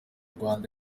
rwanda